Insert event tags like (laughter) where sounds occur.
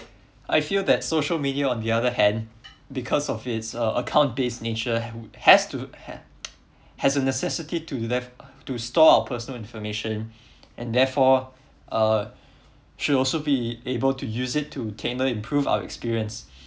I feel that social media on the other hand because of it's uh account based nature has to has (noise) has a necessity to leave to store our personal information and therefore uh should also be able to use it to tailor improve our experience